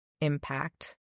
impact